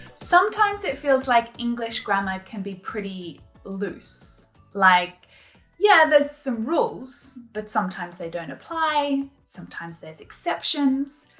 sometimes it feels like english grammar can be pretty loose like yeah there's some rules but sometimes they don't apply. sometimes there's exceptions.